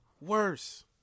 worse